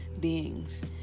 beings